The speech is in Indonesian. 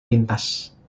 lintas